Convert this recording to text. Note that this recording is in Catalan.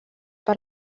per